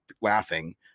laughing